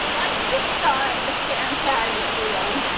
let's just start a scam charity everyone.